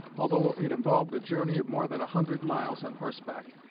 although it involved a journey of more than a hundred miles on horseback,